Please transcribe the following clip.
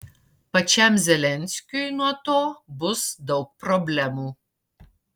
pačiam zelenskiui nuo to bus daug problemų